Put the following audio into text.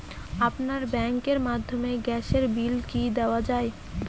আপনার ব্যাংকের মাধ্যমে গ্যাসের বিল কি দেওয়া য়ায়?